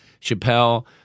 Chappelle